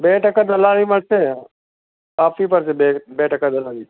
બે ટકા દલાલી માગશે આપવી પડશે બે બે ટકા દલાલી